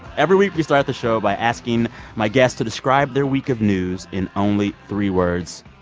every week, we start the show by asking my guests to describe their week of news in only three words.